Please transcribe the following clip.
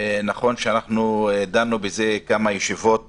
נכון שדנו בזה כמה ישיבות